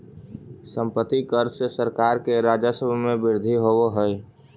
सम्पत्ति कर से सरकार के राजस्व में वृद्धि होवऽ हई